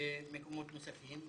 ומקומות נוספים.